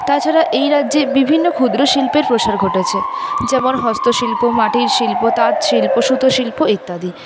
তাছাড়া এই রাজ্যে বিভিন্ন ক্ষুদ্র শিল্পের প্রসার ঘটেছে যেমন হস্তশিল্প মাটির শিল্প তাঁত শিল্প সুতো শিল্প ইত্যাদি